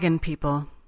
People